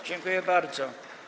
Dziękuję bardzo.